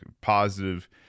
positive